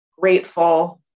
grateful